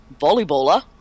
volleyballer